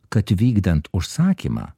kad vykdant užsakymą